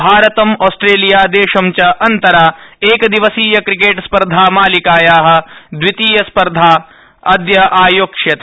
भारतं ऑस्ट्रेलिया देशं च अन्तरा एकदिवसीय क्रिकेट सार्धा मालिकायाः द्वितीया सार्धा अद्य आयोक्ष्यते